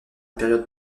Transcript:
période